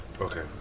Okay